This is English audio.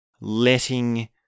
letting